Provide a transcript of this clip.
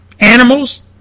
Animals